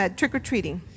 trick-or-treating